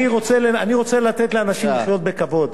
אני רוצה לתת לאנשים לחיות בכבוד,